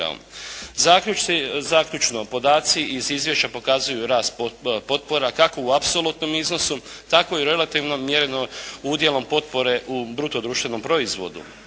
Zaključno, podaci iz izvješća pokazuju rast potpora kako u apsolutnom iznosu tako i relativno mjereno udjelom potpore u bruto društvenom proizvodu.